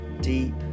deep